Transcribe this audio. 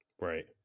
Right